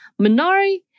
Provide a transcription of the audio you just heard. Minari